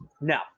No